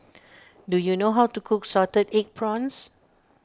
do you know how to cook Salted Egg Prawns